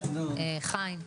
חיים,